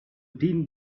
din